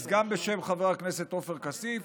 אז גם בשם חבר הכנסת עופר כסיף.